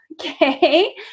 okay